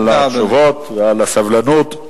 על התשובות ועל הסבלנות.